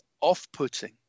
off-putting